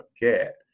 get